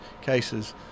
cases